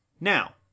Now